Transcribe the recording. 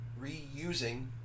reusing